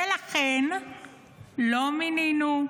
ולכן לא מינינו,